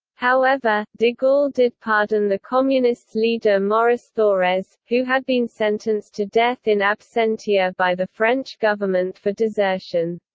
however, de gaulle did pardon the communists' leader maurice thorez, who had been sentenced to death in absentia by the french government for desertion.